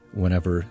whenever